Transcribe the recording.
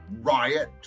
riot